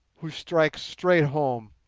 who strikes straight home,